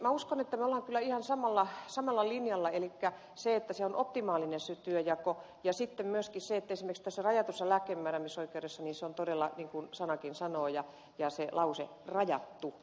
minä uskon että me olemme kyllä ihan samalla linjalla elikkä se työnjako on optimaalinen ja sitten myöskin esimerkiksi tässä rajatussa lääkkeenmääräämisoikeudessa se on todella niin kuin sanakin sanoo ja se lause rajattu